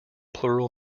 plural